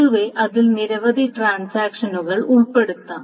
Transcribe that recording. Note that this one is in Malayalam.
പൊതുവേ അതിൽ നിരവധി ട്രാൻസാക്ഷനുകൾ ഉൾപ്പെടുത്താം